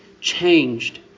changed